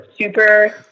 super